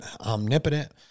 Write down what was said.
omnipotent